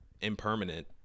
impermanent